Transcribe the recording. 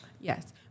Yes